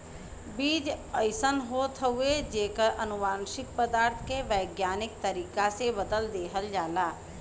बीज अइसन होत हउवे जेकर अनुवांशिक पदार्थ के वैज्ञानिक तरीका से बदल देहल जाला